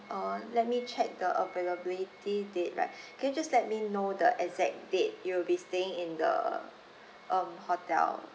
uh let me check the availability date lah can you just let me know the exact date you will be staying in the um hotel